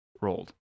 rolled